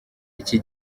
iki